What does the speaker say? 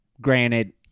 Granted